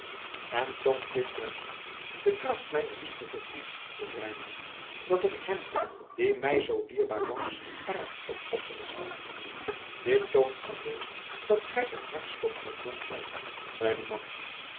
en toont dit juist niet de kracht mijner liefde voor u vroeg reinout dat ik hem die mij zoo dierbaar was eraan opofferde dit toont alleen dat gij een hartstochtelijk mensch zijt